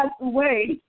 away